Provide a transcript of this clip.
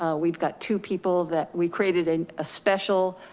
ah we've got two people that we created, and a special